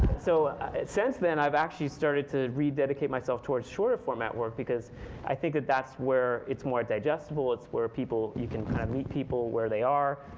so since then, i've actually started to rededicate myself towards shorter format work because i think that that's where it's more digestible. it's where people you can kind of meet people where they are,